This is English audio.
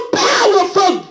powerful